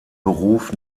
beruf